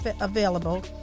available